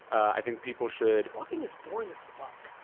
i think people should walking is boring as fuck.